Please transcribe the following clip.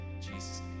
Jesus